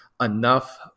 enough